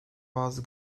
bazı